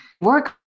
work